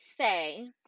say